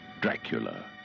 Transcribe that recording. Dracula